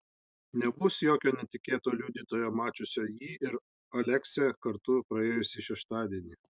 nebus jokio netikėto liudytojo mačiusio jį ir aleksę kartu praėjusį šeštadienį